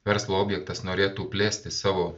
verslo objektas norėtų plėsti savo